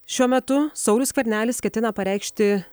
šiuo metu saulius skvernelis ketina pareikšti